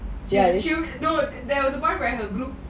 ya did you know there was one where